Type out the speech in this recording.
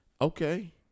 Okay